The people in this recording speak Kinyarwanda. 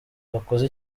wakoze